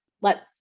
let